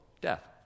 death